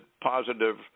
positive